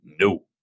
No